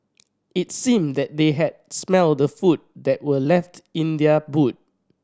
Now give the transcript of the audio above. it seemed that they had smelt the food that were left in their boot